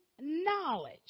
knowledge